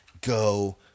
go